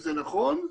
שזה נכון,